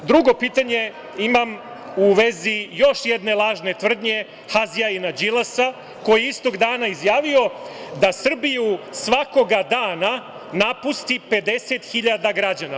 Drugo pitanje imam u vezi još jedne lažne tvrdnje hazjajina Đilasa koji je istog dana izjavio da Srbiju svakog dana napusti 50 hiljada građana.